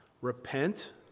repent